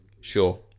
Sure